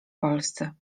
polsce